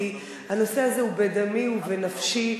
כי הנושא הזה הוא בדמי ובנפשי.